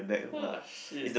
ah shit